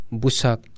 busak